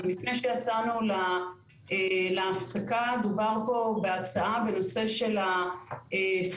לפני שיצאנו להפסקה דובר פה בהצעה בנושא של הסימון